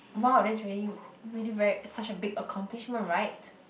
wow that's really really very such a big accomplishment right